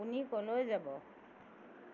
আপুনি কলৈ যাব